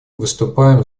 выступаем